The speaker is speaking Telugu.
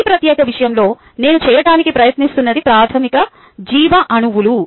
ఈ ప్రత్యేక విషయంలో నేను చేయటానికి ప్రయత్నిస్తున్నది ప్రాథమిక జీవఅణువులు